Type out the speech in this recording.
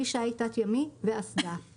כלי שיט תת-ימי ואסדה,